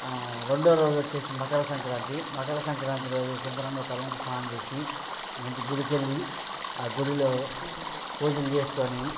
రెండవ రోజు వచ్చి మకర సంక్రాంతి మకర సంక్రాంతి రోజు శుభ్రంగా తలంటు స్నానం చేసి మంచి గుడికి వెళ్ళి ఆ గుడిలో పూజలు చేసుకొని